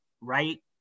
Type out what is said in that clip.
right